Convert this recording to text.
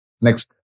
next